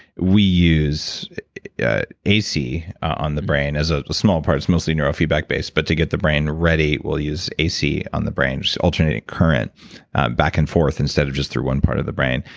we use ac on the brain as a small part. it's mostly neurofeedback-based, but to get the brain ready, we'll use ac on the brain, which is alternating current back and forth, instead of just through one part of the brain.